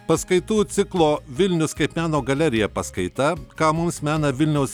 paskaitų ciklo vilnius kaip meno galerija paskaita ką mums mena vilniaus